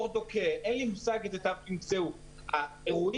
תמצאו תו בורדו,